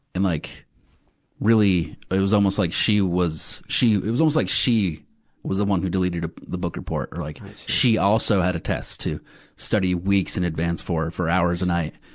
and like really, ah it was almost like she was, she, it was almost like she was the one who deleted a, the book report, or like she also had a test to study weeks in advance for, for hours a night.